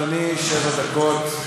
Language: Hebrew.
בבקשה, אדוני, שבע דקות.